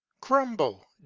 crumble